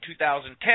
2010